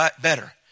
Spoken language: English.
better